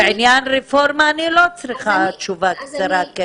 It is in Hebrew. בעניין הרפורמה אני לא צריכה תשובה קצרה של כן ולא.